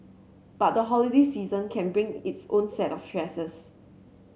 but the holiday season can bring its own set of stresses